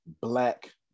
black